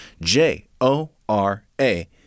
J-O-R-A